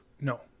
No